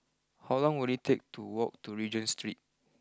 how long will it take to walk to Regent Street